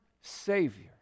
Savior